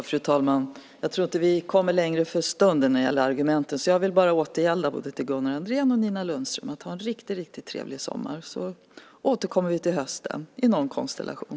Fru talman! Jag tror inte att vi kommer längre för stunden när det gäller argumenten. Jag vill bara återgälda slutorden och säga både till Gunnar Andrén och till Nina Lundström: Ha en riktigt trevlig sommar, så återkommer vi till hösten - i någon konstellation.